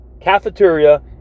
Cafeteria